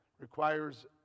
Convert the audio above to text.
requires